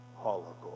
holocaust